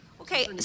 Okay